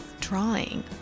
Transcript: drawing